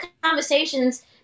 conversations